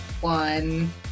one